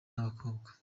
n’abakobwa